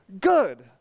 good